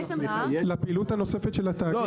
לפעילות הנוספת של התאגיד?